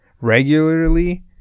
regularly